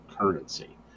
currency